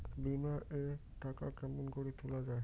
বিমা এর টাকা কেমন করি তুলা য়ায়?